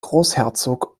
großherzog